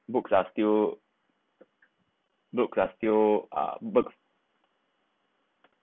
books are still books are still uh books